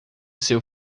seu